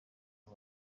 abo